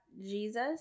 Jesus